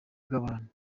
bw’abantu